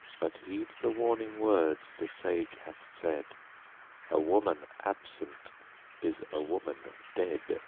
but heed the warning words the sage hath said a woman absent is a woman dead.